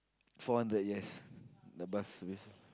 four hundred yes the bus service